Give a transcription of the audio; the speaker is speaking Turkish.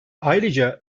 ayrıca